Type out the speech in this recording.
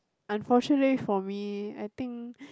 unfortunately for me I think